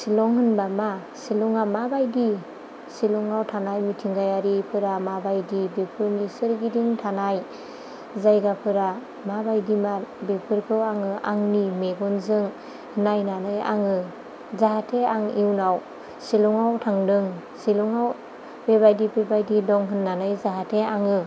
सिलं होनबा मा सिलंआ माबायदि सिलंआव थानाय मिथिंगायारिफोरा माबायदि बेफोरनि सोरगिदिं थानाय जायगाफोरा माबायदिमार बेफोरखौ आङो आंनि मेगनजों नायनानै आङो जाहाथे आं इयुनाव सिलंआव थांदों सिलंआव बेबायदि बेबायदि दं होनानै जाहाथे आङो